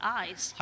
eyes